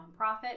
nonprofit